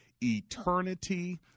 eternity